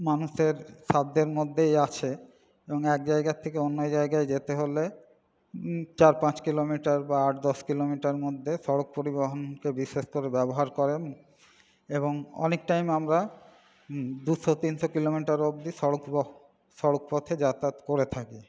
মানুষের সাধ্যের মধ্যেই আছে এবং এক জায়গার থেকে অন্য জায়গায় যেতে হলে চার পাঁচ কিলোমিটার বা আট দশ কিলোমিটার মধ্যে সড়ক পরিবহণকে বিশেষ করে ব্যবহার করেন এবং অনেক টাইম আমরা দুশো তিনশো কিলোমিটার অবধি সড়ক সড়ক পথে যাতায়াত করে থাকি